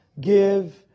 give